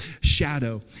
shadow